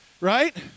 Right